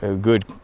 good